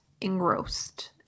engrossed